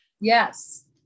yes